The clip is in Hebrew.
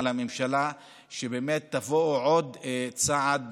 על הממשלה, שבאמת תביא עוד צעד